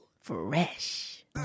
Fresh